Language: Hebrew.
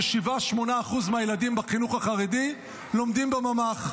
כ-7%-8% מהילדים בחינוך החרדי לומדים בממ"ח,